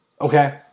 Okay